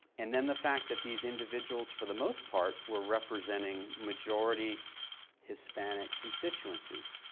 and then the fact that these individuals for the most part, were representing majority hispanic constituencies,